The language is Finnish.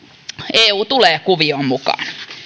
eu tulee kuvioon mukaan